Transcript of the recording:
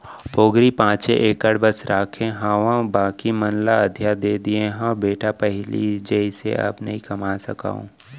पोगरी पॉंचे एकड़ बस रखे हावव बाकी मन ल अधिया दे दिये हँव बेटा पहिली जइसे अब नइ कमा सकव